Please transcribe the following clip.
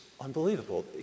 Unbelievable